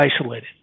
isolated